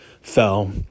fell